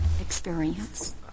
experience